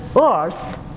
earth